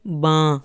বাঁ